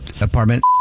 Apartment